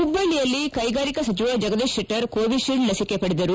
ಹುಬ್ಬಳ್ಳಯಲ್ಲಿ ಕೈಗಾರಿಕಾ ಸಚಿವ ಜಗದೀಶ್ ಶೆಟ್ಟರ್ ಕೋವಿಶೀಲ್ಡ್ ಲಸಿಕೆ ಪಡೆದರು